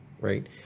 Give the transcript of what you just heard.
right